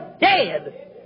dead